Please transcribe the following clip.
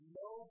no